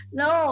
no